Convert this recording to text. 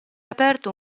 aperto